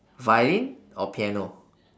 violin or piano